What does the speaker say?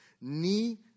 ni